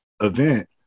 event